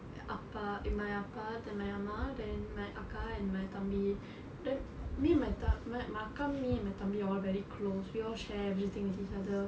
என் அப்பா:en appa and my அப்பா:appa then my அம்மா:ammaa then my அக்கா:akkaa and my தம்பி:thambi then me and my தம்பி:thambi my அக்கா:akkaa me and my தம்பி:thambi all very close we all share everything with each other